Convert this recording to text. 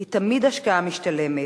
היא תמיד השקעה משתלמת,